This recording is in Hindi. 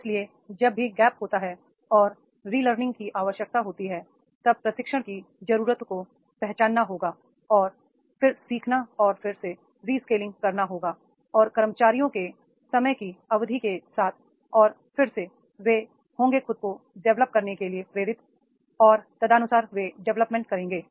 इसलिए जब भी गैप होता है और री लर्निंग की आवश्यकता होती है तब प्रशिक्षण की जरूरत को पहचानना होगा और फिर सीखना और फिर से री स्के लिंग करना होगा और कर्मचारियों के समय की अवधि के साथ और फिर से वे होंगे खुद को डेवलप करने के लिए प्रेरित और तदनुसार वे डेवलपमेंट करेंगे